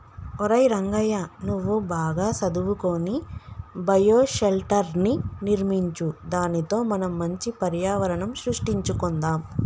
ఒరై రంగయ్య నువ్వు బాగా సదువుకొని బయోషెల్టర్ర్ని నిర్మించు దానితో మనం మంచి పర్యావరణం సృష్టించుకొందాం